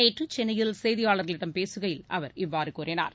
நேற்று சென்னையில் செய்தியாளர்களிடம் பேசுகையில் அவர் இவ்வாறு கூறினார்